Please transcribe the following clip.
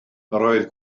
oedd